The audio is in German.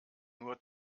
nur